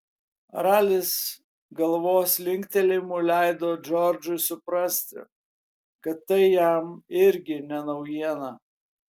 ralis galvos linktelėjimu leido džordžui suprasti kad tai jam irgi ne naujiena